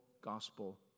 gospel